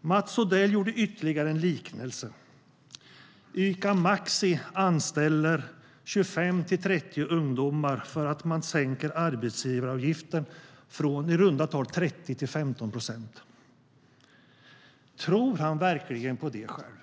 Mats Odell gjorde ytterligare en jämförelse. Ica Maxi anställer 25-30 ungdomar för att man sänker arbetsgivaravgiften från i runda tal 30 till 15 procent. Tror han verkligen på det själv?